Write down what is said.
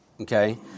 Okay